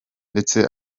ndetse